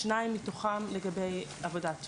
שניים מתוכם לגבי עבודת נוער,